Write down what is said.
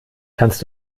kannst